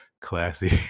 classy